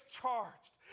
charged